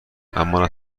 اما